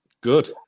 good